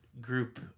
group